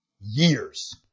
years